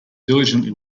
diligently